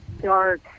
dark